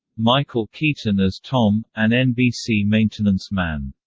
michael keaton as tom, an nbc maintenance man.